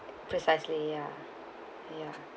precisely ya ya